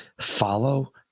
Follow